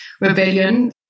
rebellion